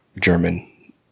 german